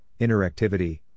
interactivity